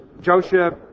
Joshua